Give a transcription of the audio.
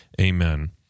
Amen